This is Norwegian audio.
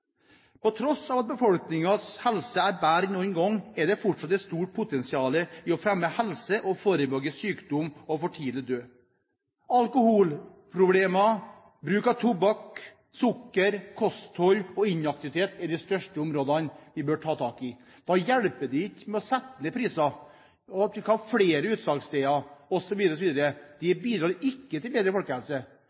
På tross av at befolkningens helse er bedre enn noen gang, er det fortsatt et stort potensial i å fremme helse og forebygge sykdom og for tidlig død. Alkoholproblemer, bruk av tobakk og sukker, kosthold og inaktivitet er de største områdene vi bør ta tak i. Da hjelper det ikke å sette ned priser og ha flere utsalgssteder osv. Det bidrar ikke til bedre folkehelse,